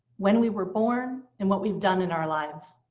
when we were born, and what we've done in our lives.